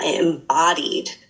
embodied